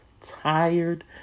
tired